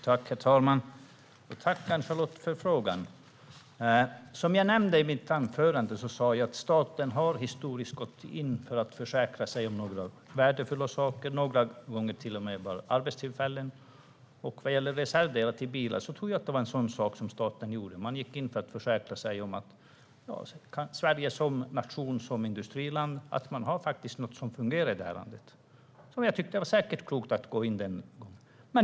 Herr talman! Jag tackar Ann-Charlotte för frågan. I mitt anförande sa jag att staten historiskt har gått in som ägare för att försäkra sig om några värdefulla saker, och ibland har det gällt arbetstillfällen. Jag tror att reservdelar till bilar var en sådan sak. Staten gick in för att försäkra sig om att Sverige som nation och industriland hade något som fungerade. Det var säkert klokt då.